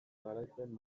garaipen